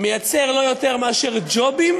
מייצר לא יותר מאשר ג'ובים